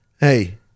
hey